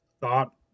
Thought